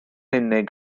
unig